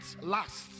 last